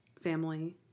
family